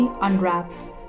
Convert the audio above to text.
Unwrapped